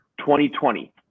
2020